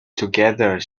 together